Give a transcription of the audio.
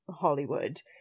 Hollywood